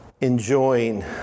enjoying